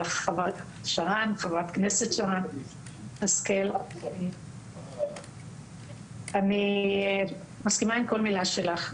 חברת הכנסת שרן השכל, אני מסכימה עם כל מילה שלך.